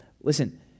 listen